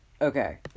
Okay